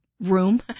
room